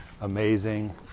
amazing